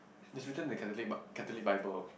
is written in the Catholic Bi~ Catholic Bible